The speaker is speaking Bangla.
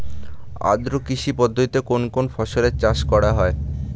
আদ্র কৃষি পদ্ধতিতে কোন কোন ফসলের চাষ করা হয়?